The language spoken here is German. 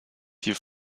die